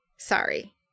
sorry